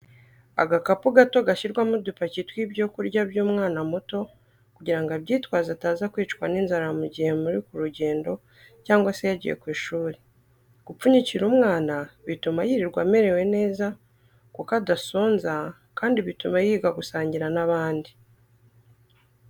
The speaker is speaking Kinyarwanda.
Agakapu gato gashyirwamo udupaki tw'ibyo kurya by'umwana muto kugirango abyitwaze ataza kwicwa n'inzara mu gihe muri ku rugendo cyangwa se yagiye ku ishuri, gupfunyikira umwana bituma yirirwa amerewe neza kuko adasonza kandi bituma yiga gusangira n'abandi.